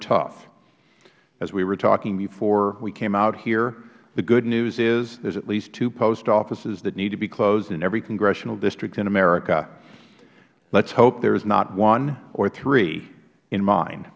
tough as we were talking before we came out here the good news is there are at least two post offices that need to be closed in every congressional district in america let's hope there is not one or three in min